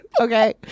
okay